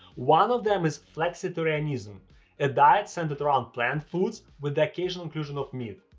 one of them is flexitarianism a diet centered around plant foods with the occasional inclusion of meat.